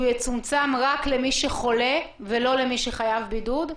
יצומצם רק למי שחולה ולא למי שחייב בידוד,